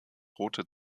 rote